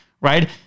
right